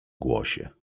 głosie